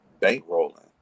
bankrolling